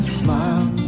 smile